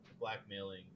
blackmailing